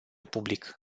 public